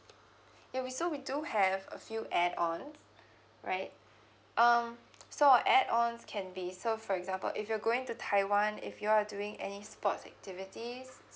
okay so we do have a few add-ons alright um so our add-ons can be so for example if you're going to taiwan if you are doing any sports activities